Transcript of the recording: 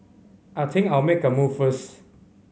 I think I'll make a move first